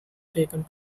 taking